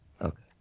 Okay